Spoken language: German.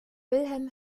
wilhelm